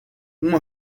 uma